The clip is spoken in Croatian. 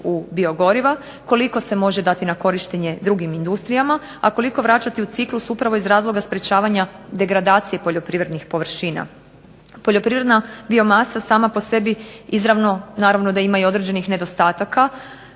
u biogoriva, koliko se može dati na korištenje drugim industrijama, a koliko vraćati u ciklus upravo iz razloga sprječavanja degradacije poljoprivrednih površina. Poljoprivredna biomasa sama po sebi izravno naravno da ima i određenih nedostataka,